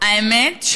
האמת,